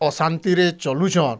ଅଶାନ୍ତିରେ ଚଲୁଛନ୍